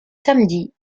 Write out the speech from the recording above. samedis